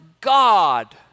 God